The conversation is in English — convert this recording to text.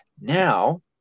now